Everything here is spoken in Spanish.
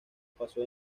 pasó